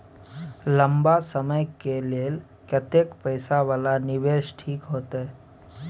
लंबा समय के लेल कतेक पैसा वाला निवेश ठीक होते?